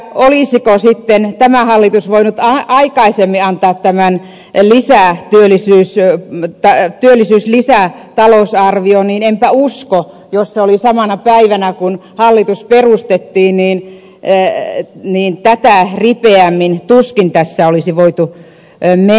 olisiko sitten tämä hallitus voinut aikaisemmin antaa tämän työllistää työllisyys jää mitään lisää työllisyyslisätalousarvion niin enpä usko jos se oli samana päivänä kun hallitus perustettiin niin tätä ripeämmin tuskin tässä olisi voitu menetellä